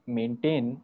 maintain